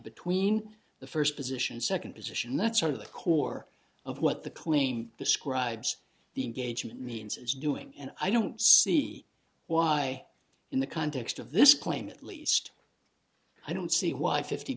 between the first position second position that's sort of the core of what the claim describes the engagement means it's doing and i don't see why in the context of this claim at least i don't see why fifty